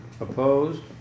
opposed